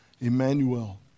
Emmanuel